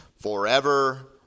forever